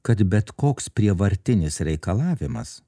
kad bet koks prievartinis reikalavimas